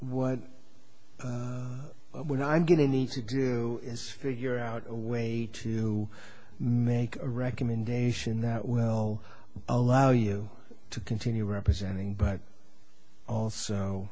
so what would i get a need to do is figure out a way to make a recommendation that well allow you to continue representing but also